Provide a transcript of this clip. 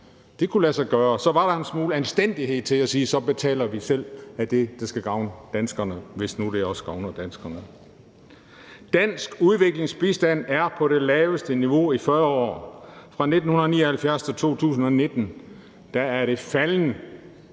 Det kunne lade sig gøre. Så ville der være en smule anstændighed i det, for så betaler vi det selv ud af det, der skal gavne danskerne – hvis det nu også gavner danskerne. Dansk udviklingsbistand er på det laveste niveau i 40 år. Fra 1979 til 2019 er det faldet